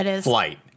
flight